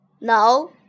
No